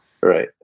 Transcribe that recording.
right